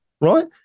right